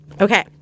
Okay